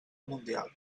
mundial